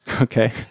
Okay